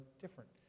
different